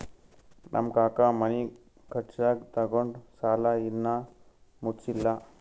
ನಮ್ ಕಾಕಾ ಮನಿ ಕಟ್ಸಾಗ್ ತೊಗೊಂಡ್ ಸಾಲಾ ಇನ್ನಾ ಮುಟ್ಸಿಲ್ಲ